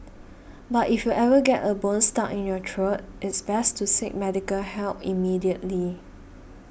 but if you ever get a bone stuck in your throat it's best to seek medical help immediately